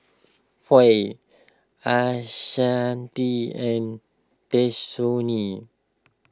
Foy Ashanti and